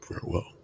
Farewell